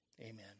amen